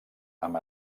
amb